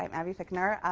um abby fichtner.